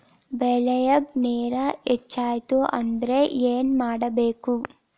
ಬೆಳೇಗ್ ನೇರ ಹೆಚ್ಚಾಯ್ತು ಅಂದ್ರೆ ಏನು ಮಾಡಬೇಕು?